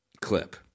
clip